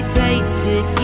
tasted